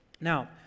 Now